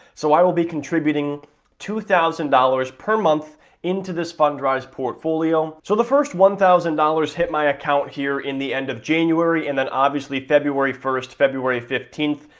so, i will be contributing two thousand dollars per month into this fundrise portfolio. so, the first one thousand dollars hit my account here in the end of january, and then obviously february first, february fifteenth,